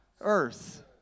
earth